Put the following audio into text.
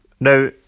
Now